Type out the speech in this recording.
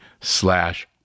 slash